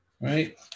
right